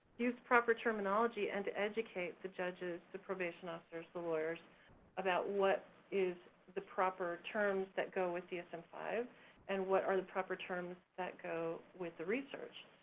use proper terminology and to educate the judges, the probation officers, the lawyers about what is the proper terms that go with dsm five and what are the proper terms that go with the research.